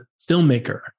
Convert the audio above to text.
filmmaker